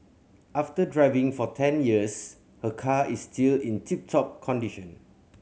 after driving for ten years her car is still in tip top condition